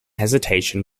hesitation